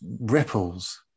ripples